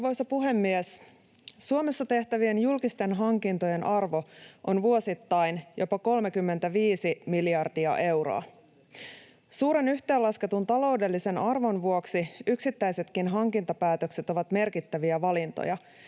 Arvoisa puhemies! Suomessa tehtävien julkisten hankintojen arvo on vuosittain jopa 35 miljardia euroa. Suuren yhteenlasketun taloudellisen arvon vuoksi yksittäisetkin hankintapäätökset ovat merkittäviä valintoja.